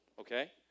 okay